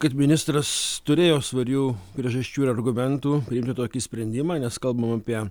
kad ministras turėjo svarių priežasčių ir argumentų priimti tokį sprendimą nes kalbam apie